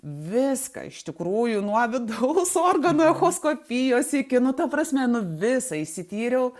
viską iš tikrųjų nuo vidaus organų echoskopijos iki nu ta prasme nu visa išsityriau